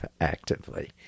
actively